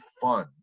fun